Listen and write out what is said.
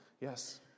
Yes